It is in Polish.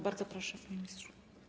Bardzo proszę, panie ministrze.